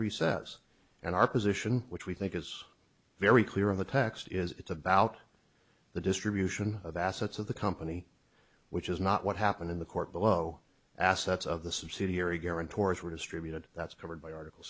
says and our position which we think is very clear in the text is it's about the distribution of assets of the company which is not what happened in the court below assets of the subsidiary guarantors were distributed that's covered by article